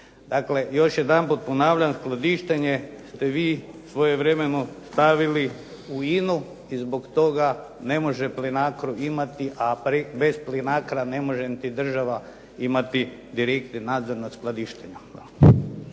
još jedanput ponavljam skladištenje ste vi svojevremeno stavili u INA-u i zbog toga ne može Plinacro imati, a bez Plincra ne može niti država imati direktni nadzor nad skladištenjem.